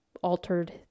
altered